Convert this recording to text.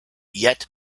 yet